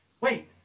wait